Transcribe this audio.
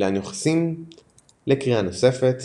אילן יוחסין לקריאה נוספת